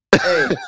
Hey